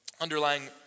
Underlying